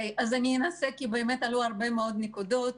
אני אנסה, כי אכן עלו הרבה מאוד נקודות.